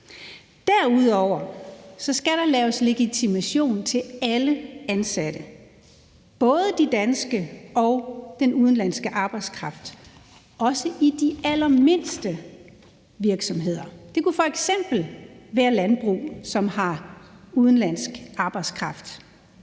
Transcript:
Derudover skal der laves legitimation til alle ansatte, både den danske og den udenlandske arbejdskraft, også i de allermindste virksomheder. Det kunne f.eks. være landbrug, som har udenlandsk arbejdskraft.